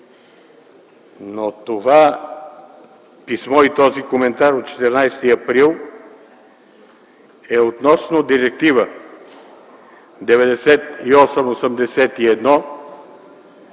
Но това писмо и този коментар от 14 април е относно Директива 9881,